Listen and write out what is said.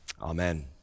Amen